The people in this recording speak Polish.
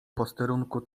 posterunku